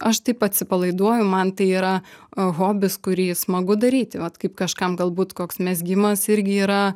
aš taip atsipalaiduoju man tai yra hobis kurį smagu daryti vat kaip kažkam galbūt koks mezgimas irgi yra